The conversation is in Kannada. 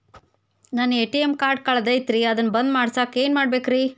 ನನ್ನ ಎ.ಟಿ.ಎಂ ಕಾರ್ಡ್ ಕಳದೈತ್ರಿ ಅದನ್ನ ಬಂದ್ ಮಾಡಸಾಕ್ ಏನ್ ಮಾಡ್ಬೇಕ್ರಿ?